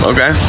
Okay